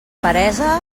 peresa